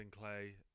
Clay